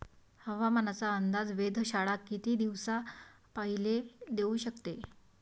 हवामानाचा अंदाज वेधशाळा किती दिवसा पयले देऊ शकते?